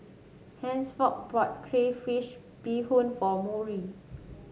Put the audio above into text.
Hansford bought Crayfish Beehoon for Murry